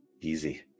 Easy